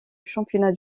championnat